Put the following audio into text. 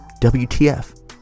WTF